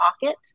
pocket